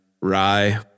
Rye